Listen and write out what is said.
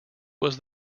was